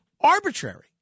arbitrary